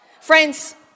Friends